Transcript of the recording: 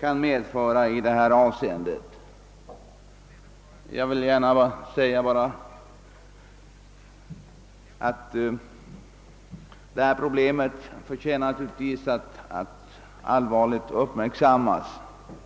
kan medföra i det här avseendet. Detta problem förtjänar att allvarligt uppmärksammas.